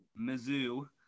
Mizzou